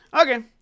Okay